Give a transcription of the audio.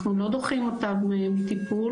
אנחנו לא דוחים אותם בטיפול.